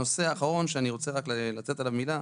הנושא האחרון שאני רוצה רק לומר עליו מילה: